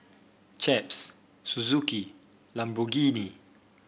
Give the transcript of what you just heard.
Chaps Suzuki Lamborghini